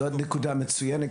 זאת נקודה מצוינת.